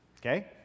okay